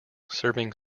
serving